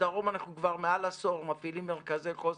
בדרום אנחנו כבר מעל עשור מפעילים מרכזי חוסן.